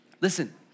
Listen